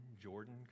Jordan